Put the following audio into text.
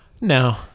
No